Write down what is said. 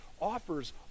offers